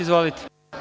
Izvolite.